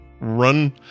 run